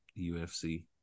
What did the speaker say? UFC